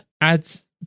adds